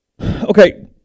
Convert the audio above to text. Okay